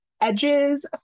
edges